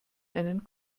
einen